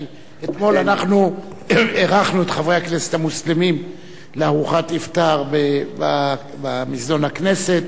כי אתמול אירחנו את חברי הכנסת המוסלמים לארוחת אפטאר במזנון הכנסת,